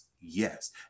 yes